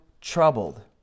troubled